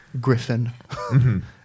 Griffin